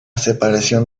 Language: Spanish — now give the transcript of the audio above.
separación